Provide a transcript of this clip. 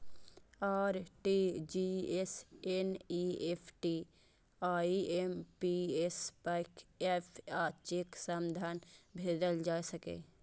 RTGS, NEFT, IMPS, bank app आ cheque सं धन भेजल जा सकैए